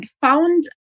found